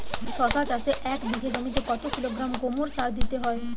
শশা চাষে এক বিঘে জমিতে কত কিলোগ্রাম গোমোর সার দিতে হয়?